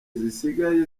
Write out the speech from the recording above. zisigaye